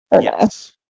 Yes